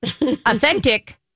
Authentic